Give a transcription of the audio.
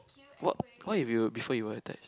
what what if you were before you were attached